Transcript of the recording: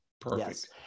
Perfect